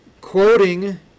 quoting